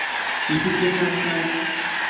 इसी के साथ साथ